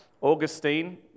Augustine